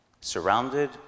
surrounded